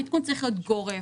העדכון צריך להיות גורף.